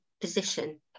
position